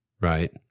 Right